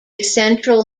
central